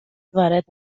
وارد